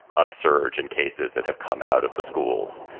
upsurge in cases that have come out of the schools.